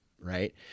right